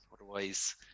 otherwise